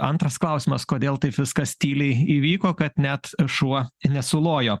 antras klausimas kodėl taip viskas tyliai įvyko kad net šuo nesulojo